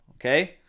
Okay